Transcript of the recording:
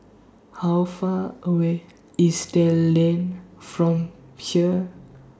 How Far away IS Dell Lane from here